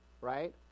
Right